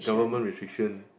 government restriction